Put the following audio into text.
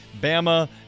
Bama